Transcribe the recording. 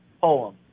poem